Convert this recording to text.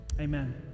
amen